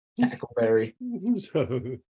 Tackleberry